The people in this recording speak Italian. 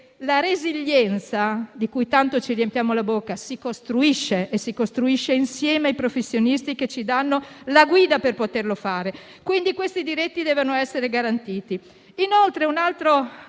La resilienza di cui tanto ci riempiamo la bocca si costruisce insieme ai professionisti che ci guidano per poterlo fare. Quindi, questi diritti devono essere garantiti. Un altro